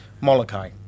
Molokai